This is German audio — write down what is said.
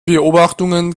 beobachtungen